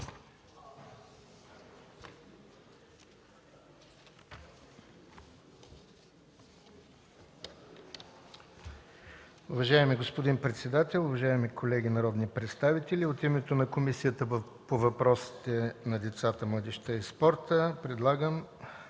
Уважаеми господин председател, уважаеми колеги народни представители! От името на Комисията по въпросите на децата, младежта и спорта – Доклад